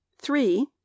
three